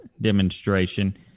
demonstration